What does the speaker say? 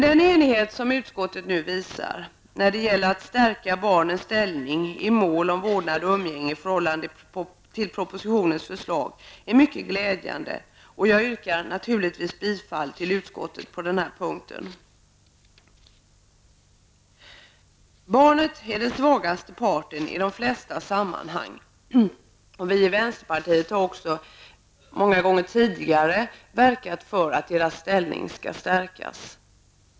Den enighet som utskottet nu visar när det gäller att stärka barnens ställning i mål om vårdnad och umgänge i förhållande till propositionens förslag är mycket glädjande, och jag yrkar naturligtvis bifall till utskottets hemställan på denna punkt. Barnet är den svagaste parten i de flesta sammanhang. Vi i vänsterpartiet har många gånger tidigare verkat för att barns ställning skall stärkas.